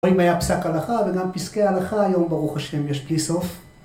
או אם היה פסק הלכה, וגם פסקי הלכה היום ברוך השם יש בלי סוף.